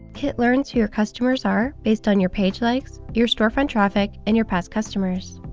kit learns who your customers are based on your page likes, your storefront traffic and your past customers.